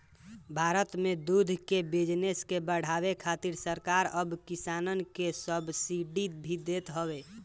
भारत में दूध के बिजनेस के बढ़ावे खातिर सरकार अब किसानन के सब्सिडी भी देत हवे